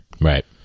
Right